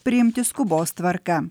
priimti skubos tvarka